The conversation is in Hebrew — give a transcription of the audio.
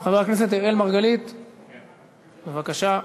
אז זה לבוא לפה,